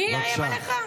אני אאיים עליך?